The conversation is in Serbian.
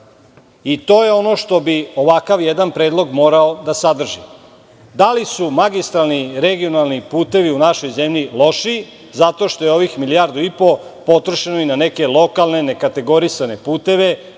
i to je ono što bi ovakav jedan predlog morao da sadrži. Da li su magistralni, regionalni putevi u našoj zemlji lošiji, zato što je ovih milijardu i po potrošeno na neke lokalne nekategorisane puteve